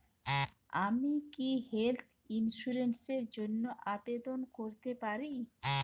আমি কি health insurance র জন্য আবেদন করতে পারি?